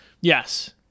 Yes